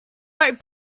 right